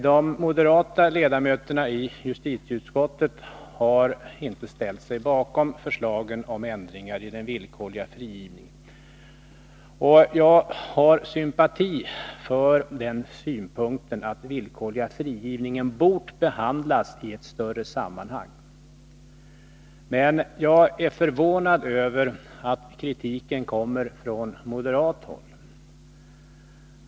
De moderata ledamöterna i justitieutskottet har inte ställt sig bakom förslagen om ändringar i den villkorliga frigivningen. Jag hyser sympati för den synpunkten att den villkorliga frigivningen borde ha behandlats i ett större sammanhang, men jag är förvånad över att kritiken kommer från moderat håll.